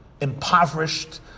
impoverished